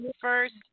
First